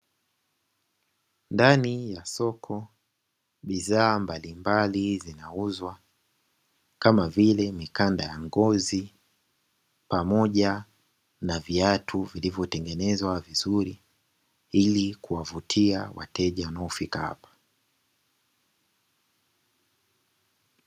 Ndani ya soko bidhaa mbalimbali zinauzwa kama vile, mikanda ya ngozi pamoja na viatu vilivyotengenezwa vizuri ili kuweza kuwavutia wateja wanaofika hapa.